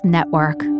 Network